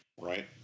right